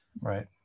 Right